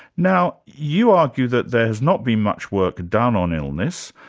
now you argue that there has not been much work done on illness,